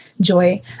joy